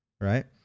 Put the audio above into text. right